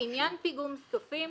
לעניין פיגום זקפים